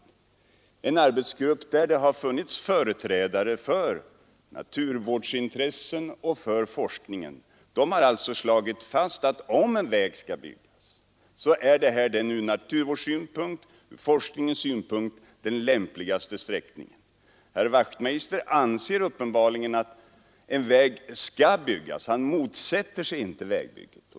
I den arbetsgruppen har det funnits företrädare för naturvårdsintressena och för forskningen, och de har alltså slagit fast att om en väg skall byggas är det här den från naturvårdssynpunkt och forskningssynpunkt lämpligaste sträckningen. Herr Wachtmeister anser uppenbarligen att en väg skall byggas; i varje fall motsätter han sig inte vägbygget.